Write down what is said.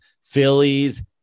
phillies